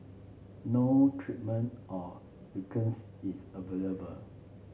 no treatment or is available